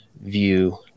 view